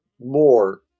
more